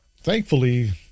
thankfully